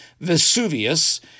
Vesuvius